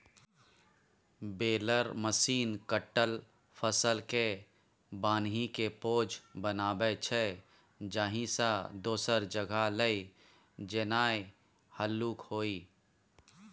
baler machine कटल फसलकेँ बान्हिकेँ पॉज बनाबै छै जाहिसँ दोसर जगह लए जेनाइ हल्लुक होइ